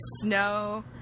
snow